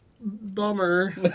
Bummer